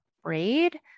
afraid